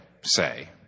say